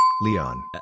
Leon